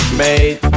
made